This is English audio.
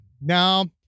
Now